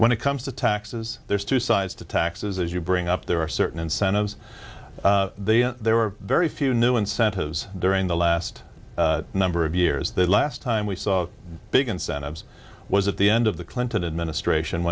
when it comes to taxes there's two sides to taxes as you bring up there are certain incentives there are very few new incentives during the last number of years the last time we saw big incentives was at the end of the clinton administration